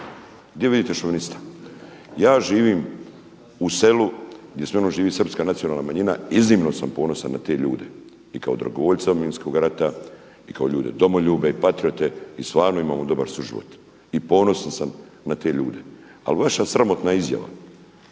Gdje vidite šovinista? Ja živim u selu gdje sa mnom živi Srpska nacionalna manjina iznimno sam ponosan na te ljude i kao dragovoljca Domovinskog rata, kao ljude, domoljube, patriote i stvarno imamo dobar suživot i ponosan sam na te ljude, ali vaša sramotna izjava